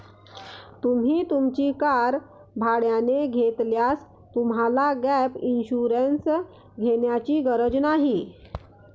तुम्ही तुमची कार भाड्याने घेतल्यास तुम्हाला गॅप इन्शुरन्स घेण्याची गरज नाही